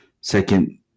second